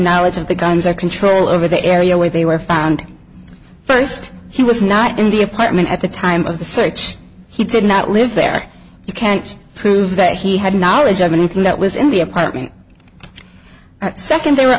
knowledge of the guns or control over the area where they were found first he was not in the apartment at the time of the search he did not live there you can't prove that he had knowledge of anything that was in the apartment second there were